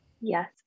Yes